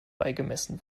beigemessen